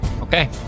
Okay